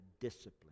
discipline